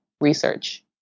research